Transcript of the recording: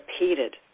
repeated